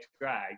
drag